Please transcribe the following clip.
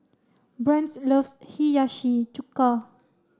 Brent loves Hiyashi Chuka